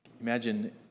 Imagine